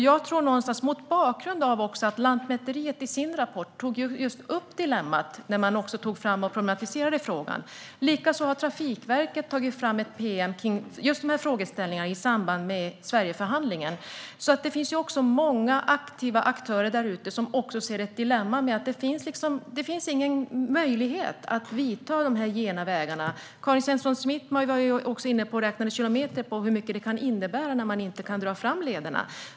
Lantmäteriet tog upp dilemmat i sin rapport där man tog fram och problematiserade frågan. Likaså har Trafikverket tagit fram ett pm om just de här frågeställningarna i samband med Sverigeförhandlingen. Det finns alltså många aktiva aktörer som också ser dilemmat i att det inte finns någon möjlighet att ta de här gena vägarna. Karin Svensson Smith räknade på vad det innebär i kilometer när man inte kan dra fram lederna.